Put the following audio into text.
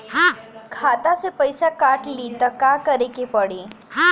खाता से पैसा काट ली त का करे के पड़ी?